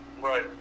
Right